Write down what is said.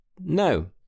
no